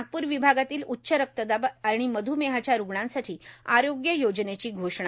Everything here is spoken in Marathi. नागपूर विभागातील उच्च रक्तदाब आणि मध्रमेहाच्या रूग्णांसाठी आरोग्य योजनेची घोषणा